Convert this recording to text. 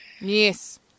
Yes